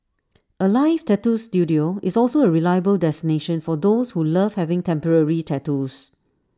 alive tattoo Studio is also A reliable destination for those who love having temporary tattoos